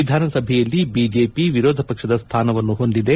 ವಿಧಾನಸಭೆಯಲ್ಲಿ ಬಿಜೆಪಿ ವಿರೋಧಪಕ್ಷದ ಸ್ಥಾನವನ್ನು ಹೊಂದಿದೆ